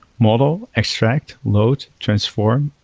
model, extract, load, transform,